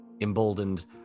emboldened